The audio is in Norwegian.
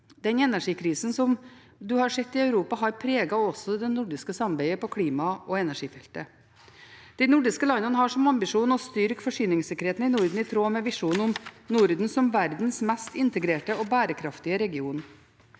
Den energikrisen som vi har sett i Europa, har preget også det nordiske samarbeidet på klima- og energifeltet. De nordiske landene har som ambisjon å styrke forsyningssikkerheten i Norden, i tråd med visjonen om Norden som verdens mest integrerte og bærekraftige region,